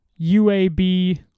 UAB